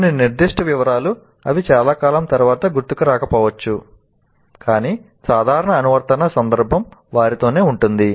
కొన్ని నిర్దిష్ట వివరాలు అవి చాలా కాలం తర్వాత గుర్తుకు రాకపోవచ్చు కాని సాధారణ అనువర్తన సందర్భం వారితోనే ఉంటుంది